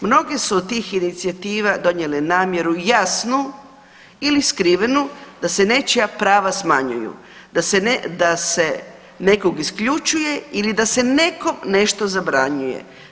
Mnoge su od tih inicijativa donijele namjeru jasnu ili skrivenu da se nečija prava smanjuju, da se nekog isključuje ili da se nekom nešto zabranjuje.